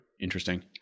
Interesting